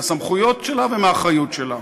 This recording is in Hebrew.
מהסמכויות שלה ומהאחריות שלה.